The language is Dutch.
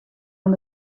aan